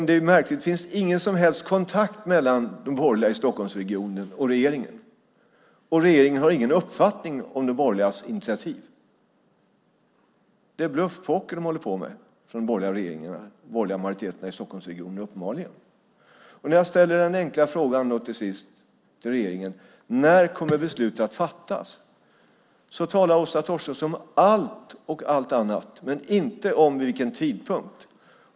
Det är märkligt att det inte finns någon som helst kontakt mellan de borgerliga i Stockholmsregionen och regeringen. Regeringen har ingen uppfattning om de borgerligas initiativ. Det är uppenbarligen bluffpoker de borgerliga majoriteterna i Stockholmsregionen håller på med. När jag ställer den enkla frågan till regeringen om när beslut kommer att fattas talar Åsa Torstensson om allt annat men inte om vid vilken tidpunkt.